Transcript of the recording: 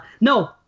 no